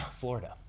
Florida